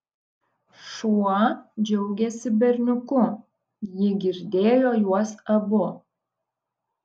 šuo džiaugėsi berniuku ji girdėjo juos abu